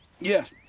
Yes